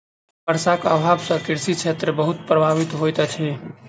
वर्षाक अभाव सॅ कृषि क्षेत्र बहुत प्रभावित होइत अछि